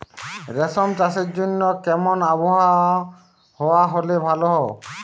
রেশম চাষের জন্য কেমন আবহাওয়া হাওয়া হলে ভালো?